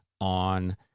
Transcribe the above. on